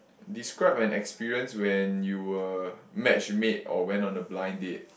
describe an experience when you were matchmake or went on a blind date